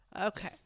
Okay